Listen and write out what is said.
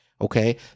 okay